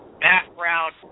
background